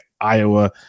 Iowa